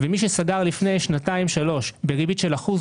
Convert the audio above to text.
ומי שסגר לפני שנתיים שלוש בריבית של אחוז,